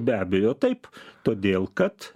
be abejo taip todėl kad